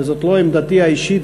וזאת לא עמדתי האישית,